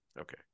Okay